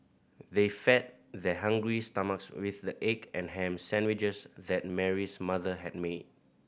they fed their hungry stomachs with the egg and ham sandwiches that Mary's mother had made